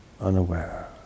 unaware